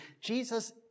Jesus